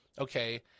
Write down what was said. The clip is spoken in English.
Okay